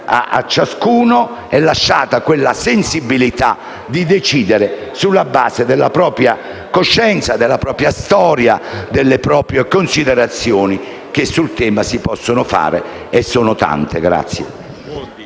a ciascuno sia lasciata la sensibilità di decidere sulla base della propria coscienza, della propria storia e delle proprie considerazioni che sul tema si possono fare, e sono tante. **Saluto